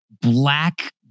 black